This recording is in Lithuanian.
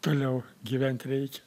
toliau gyvent reikia